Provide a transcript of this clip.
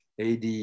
ad